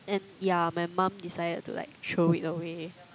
and ya my mum decided to like throw it away